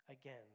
again